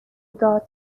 داد